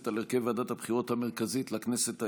על הרכב ועדת הבחירות המרכזית לכנסת העשרים-וארבע.